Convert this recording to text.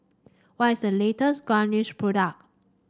what is the latest product